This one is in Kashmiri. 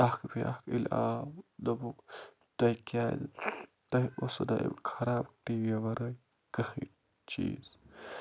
اَکھ بیٛاکھ ییٚلہِ آو دوٚپُکھ تۄہہِ کیٛاہ تۄہہِ اوسُو نہ اَمۍ خراب ٹی وی وَرٲے کٕہٕنۍ چیٖز